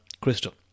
crystal